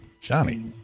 Johnny